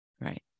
Right